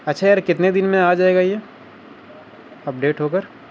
اچھا یار کتنے دن میں آ جائے گا یہ اپڈیٹ ہو کر